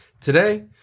Today